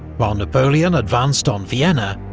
while napoleon advanced on vienna,